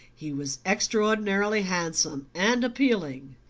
he was extraordinarily handsome and appealing,